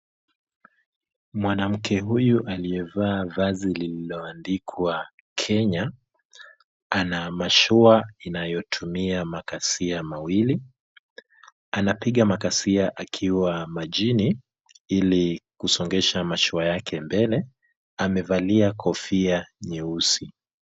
Mwanamke huyu aliyevaa vazi lililoandikwa, Kenya, ana mashua inayotumia makasia mawili, anapiga makasia akiwa majini, ili kusongeza mashua yake mbele amevalia kofia nyeusi.